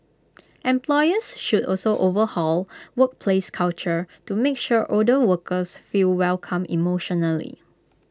employers should also overhaul workplace culture to make sure older workers feel welcome emotionally